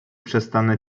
przestanę